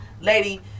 Lady